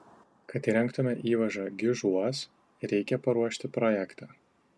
kad įrengtume įvažą gižuos reikia paruošti projektą